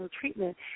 treatment